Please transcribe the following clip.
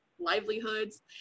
livelihoods